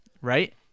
right